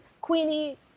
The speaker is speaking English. queenie